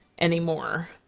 anymore